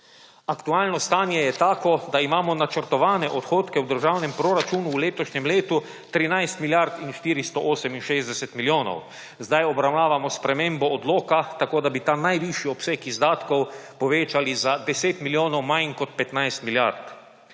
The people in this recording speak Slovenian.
Aktualno stanje je tako, da imamo načrtovane odhodke v državnem proračunu v letošnjem letu 13 milijard in 468 milijonov. Sedaj obravnavamo spremembo odloka, tako da bi tam najvišji obseg izdatkov povečali za 10 milijonov manj kot 15 milijard.